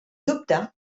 dubte